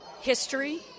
history